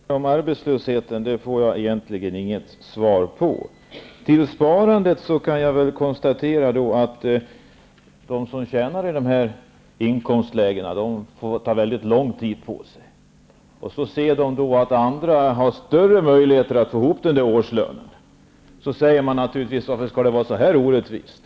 Fru talman! Frågan om arbetslösheten får jag egentligen inget svar på. Vad gäller sparandet kan jag konstatera att de som ligger i sådana här inkomstlägen får ta mycket lång tid på sig. När de ser att andra har större möjligheter att få ihop en årslön, frågar de sig naturligtvis varför det skall vara så orättvist.